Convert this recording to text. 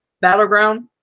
Battleground